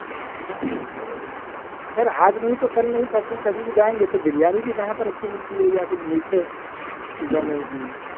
اچھا تو خیر آج نہیں تو کل نہیں پرسوں کبھی بھی جائیں گے تو بریانی بھی کہاں پر اچھی ملتی ہے یا کچھ میٹھے چیزوں میں جی